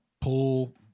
pull